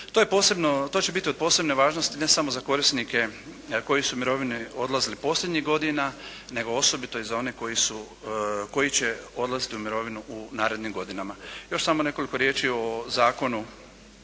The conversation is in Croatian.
To će biti od posebne važnosti ne samo za korisnike koji su u mirovinu odlazili posljednjih godina nego osobito i za one koji će odlaziti u mirovinu u narednim godinama. Još samo nekoliko riječi o zakonu,